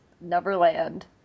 Neverland